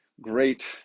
great